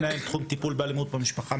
מנהל תחום טיפול באלימות במשפחה,